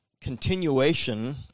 continuation